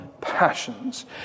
passions